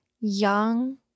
young